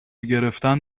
گرفتن